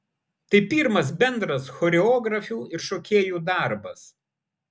tai pirmas bendras choreografių ir šokėjų darbas